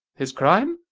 his crime,